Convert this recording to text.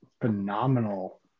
phenomenal